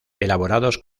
elaborados